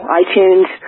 iTunes